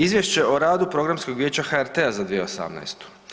Izvješće o radu programskog vijeća HRT-a za 2018.